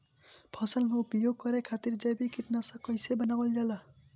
फसल में उपयोग करे खातिर जैविक कीटनाशक कइसे बनावल जाला?